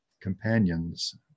companions